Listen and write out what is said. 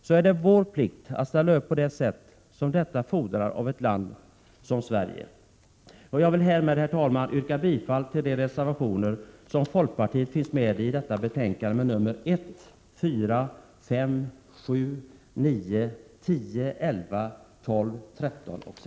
Då är det vår plikt att ställa upp på det sätt som detta fordrar av ett land som Sverige.